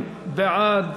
70 בעד,